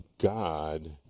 God